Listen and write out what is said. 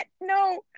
No